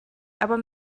aber